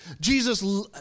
Jesus